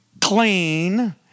clean